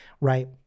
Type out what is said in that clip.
right